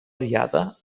diada